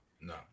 no